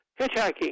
hitchhiking